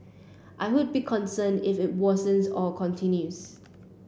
I would be concerned if it worsens or continues